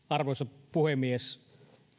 arvoisa puhemies